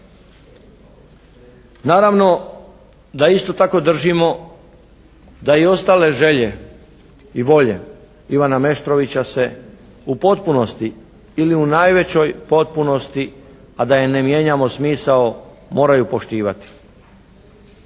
Naravno da isto tako držimo da i ostale želje i volje Ivana Meštrovića se u potpunosti ili u najvećoj potpunosti, a da joj ne mijenjamo smisao moraju poštivati.